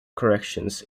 corrections